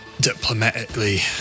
diplomatically